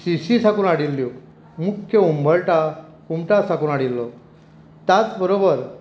शिरसी साकून हाडिल्ल्यो मुख्य उबंरटा कुमठा साकून हाडिल्लो त्याच बरोबर